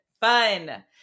fun